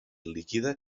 líquida